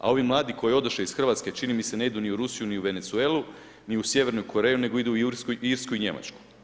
A ovi mladi koji odoše iz Hrvatske čini mi se ne idu ni u Rusiju ni u Venezuelu, ni u Sjevernu Koreju, nego idu u Irsku i u Njemačku.